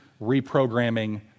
reprogramming